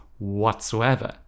whatsoever